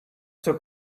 took